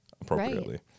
appropriately